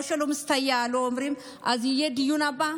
כשלא מסתייע לו, אומרים: אז זה יהיה בדיון הבא.